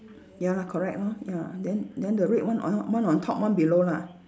ya lah correct lor ya then then the red one on one on top one below lah